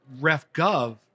RefGov